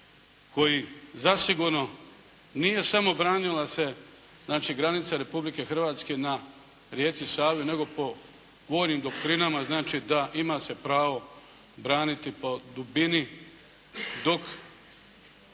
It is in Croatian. koji zasigurno nije samo branila se znači granica Republike Hrvatske na rijeci Savi nego po vojnim doktrinama, znači da ima se pravo braniti po dubini dok,